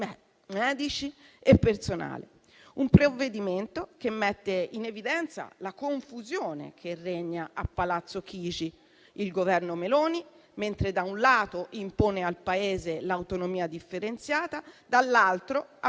medici e personale. Un provvedimento che mette in evidenza la confusione che regna a Palazzo Chigi. Il Governo Meloni, mentre da un lato impone al Paese l'autonomia differenziata, dall'altro